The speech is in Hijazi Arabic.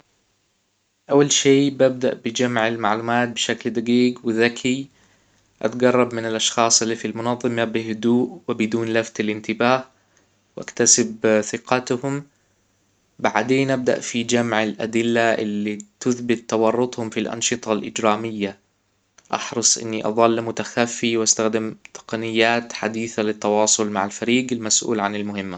اول شي ببدأ بجمع المعلومات بشكل دجيج وذكي أتجرب من الاشخاص اللي في المنظمة بهدوء وبدون لفت الانتباه واكتسب ثقتهم بعدين أبدأ في جمع الادلة اللي تثبت تورطهم في الانشطة الاجرامية احرص إنى اظل متخفي واستخدم تقنيات حديثة للتواصل مع الفريق المسؤول عن المهمة